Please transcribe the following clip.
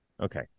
Okay